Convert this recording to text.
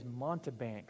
montebanks